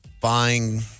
buying